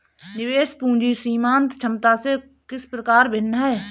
निवेश पूंजी सीमांत क्षमता से किस प्रकार भिन्न है?